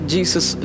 Jesus